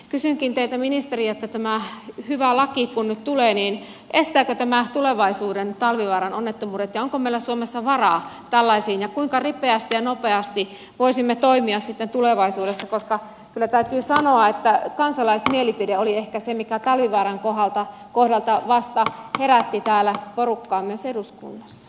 kysynkin teiltä ministeri että kun tämä hyvä laki nyt tulee niin estääkö tämä tulevaisuuden talvivaaran onnettomuudet ja onko meillä suomessa varaa tällaisiin ja kuinka ripeästi ja nopeasti voisimme toimia sitten tulevaisuudessa koska kyllä täytyy sanoa että kansalaismielipide oli ehkä se mikä talvivaaran kohdalta vasta herätti porukkaa myös täällä eduskunnassa